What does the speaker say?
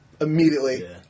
immediately